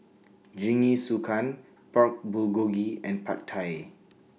Jingisukan Pork Bulgogi and Pad Thai